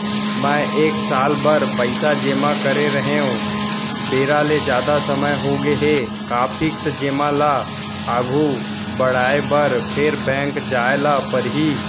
मैं एक साल बर पइसा जेमा करे रहेंव, बेरा ले जादा समय होगे हे का फिक्स जेमा ल आगू बढ़ाये बर फेर बैंक जाय ल परहि?